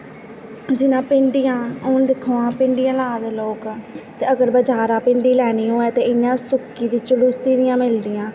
जियां भिडिंयां हून दिक्खो हां भिडियांं ला दे लोक ते अगर बजारा भिंडी लैनी होऐ ते इ'यां सुक्की दी चलूसी दियां मिलदियां